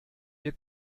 wir